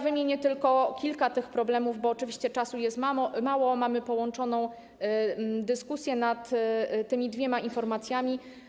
Wymienię tylko kilka z tych problemów, bo oczywiście czasu jest mało, a mamy połączoną dyskusję nad tymi dwiema informacjami.